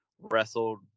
wrestled